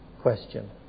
question